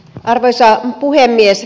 arvoisa puhemies